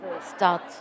Start